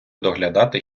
доглядати